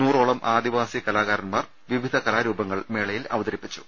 നൂറോളം ആദിവാസി കലാകാരന്മാർ വിവിധ കലാരൂപങ്ങൾ മേളയിൽ അവതരിപ്പിച്ചു